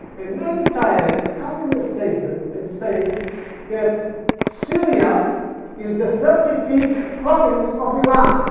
and mehdi taeb come in a statement and says that syria is the thirty fifth province of iran.